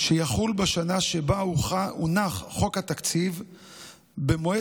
שיחול בשנה שבה הונח חוק התקציב במועד